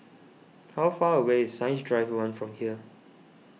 how far away is Science Drive one from here